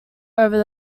over